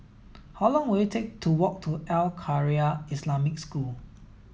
how long will it take to walk to Al Khairiah Islamic School